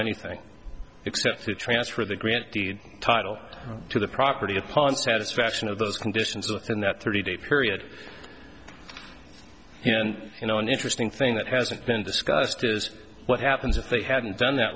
anything except to transfer the grant deed title to the property upon satisfaction of those conditions within that thirty day period and you know one interesting thing that hasn't been discussed is what happens if they hadn't done that